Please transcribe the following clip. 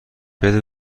بده